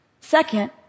Second